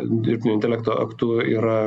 dirbtinio intelekto aktu yra